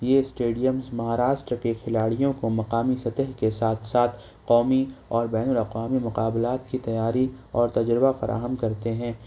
یہ اسٹیڈیمز مہاراشٹر کے کھلاڑیوں کو مقامی سطح کے ساتھ ساتھ قومی اور بین الاقوامی مقابلات کی تیاری اور تجربہ فراہم کرتے ہیں